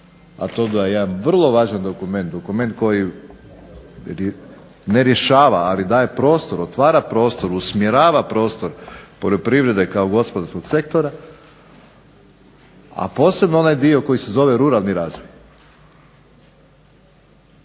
a to da je jedan vrlo važan dokument, dokument koji ne rješava ali daje prostor, otvara prostor, usmjerava prostor poljoprivrede kao gospodarskog sektora, a posebno onaj dio koji se zove ruralni razvoj.